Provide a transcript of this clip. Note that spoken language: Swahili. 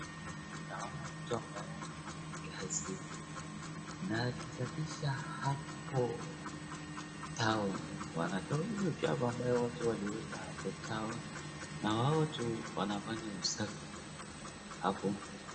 Naona mtu ambaye anafanya kazi na akisafisha hapo town .Wanatoa ile uchafu watu waliweka hapo town na hao watu wanafanya usafi hapo.